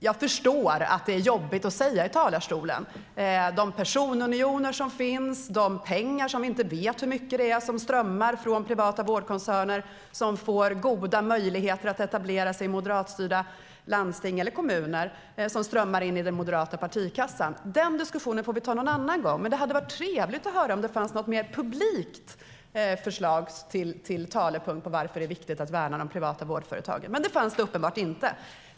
Jag förstår att det är jobbigt att tala i talarstolen om de personunioner som finns, de pengar - vi vet inte hur mycket det är - från privata vårdkoncerner som får goda möjligheter att etablera sig i moderatstyrda landsting eller kommuner som strömmar in i den moderata partikassan. Den diskussionen får vi ta någon annan gång. Det hade varit trevligt att höra om det finns något mer publikt förslag till talepunkt om varför det är viktigt att värna de privata vårdföretagen, men det finns det uppenbart inte.